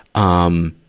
um,